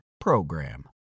PROGRAM